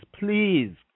please